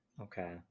okay